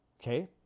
Okay